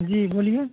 जी बोलिए